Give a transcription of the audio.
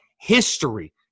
history